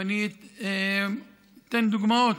ואני אתן דוגמאות: